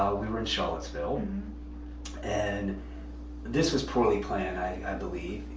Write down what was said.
we were in charlottesville and this was poorly planned i believe,